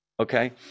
Okay